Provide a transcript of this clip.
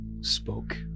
spoke